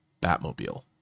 Batmobile